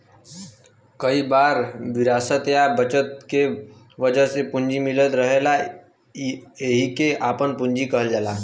कई बार विरासत या बचत के वजह से पूंजी मिलल रहेला एहिके आपन पूंजी कहल जाला